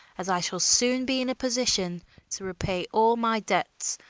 as i shall soon be in a position to repay all my debts,